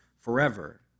forever